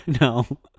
No